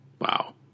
Wow